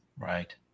right